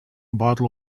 bottle